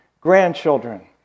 grandchildren